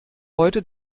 heute